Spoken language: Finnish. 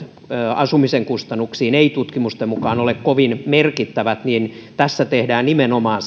asumisen kustannuksiin eivät tutkimusten mukaan ole kovin merkittävät niin tässä tehdään nimenomaan